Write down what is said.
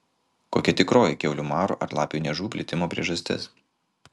kokia tikroji kiaulių maro ar lapių niežų plitimo priežastis